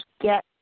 get